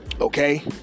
Okay